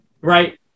right